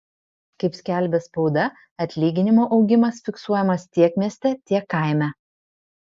kaip skelbia spauda atlyginimų augimas fiksuojamas tiek mieste tiek kaime